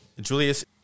Julius